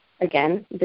again